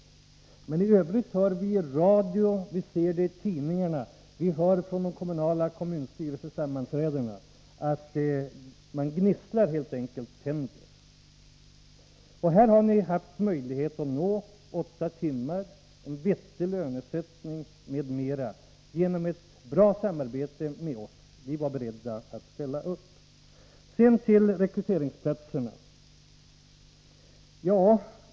Men i övrigt hör vi i radio och läser i tidningarna och hör från kommunstyrelsesammanträdena att man helt enkelt gnisslar tänder. Här har ni haft möjlighet att nå enighet och åttatimmarsarbete, en vettig lönesättning m.m. genom ett bra samarbete med oss. Vi var beredda att ställa upp. Sedan till rekryteringsplatserna.